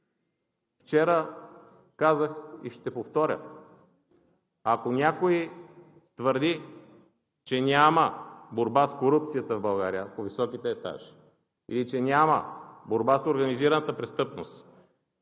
вчера казах и ще повторя: ако някой твърди, че няма борба с корупцията в България по високите етажи и че няма борба с организираната престъпност,